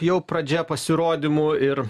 jau pradžia pasirodymų ir